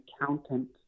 accountant